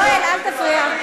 יואל, אל תפריע.